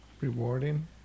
Rewarding